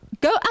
go